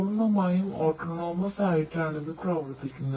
പൂർണമായും ഓട്ടോണോമസ് ആയിട്ടാണ് ഇത് പ്രവർത്തിക്കുന്നത്